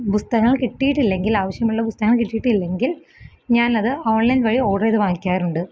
പുസ്തകങ്ങൾ കിട്ടീട്ടില്ലെങ്കില് ആവശ്യമുള്ള പുസ്കതകം കിട്ടീട്ടില്ലങ്കില് ഞാനത് ഓണ്ലൈന് വഴി ഓർഡർ ചെയ്ത് വാങ്ങിക്കാറുണ്ട്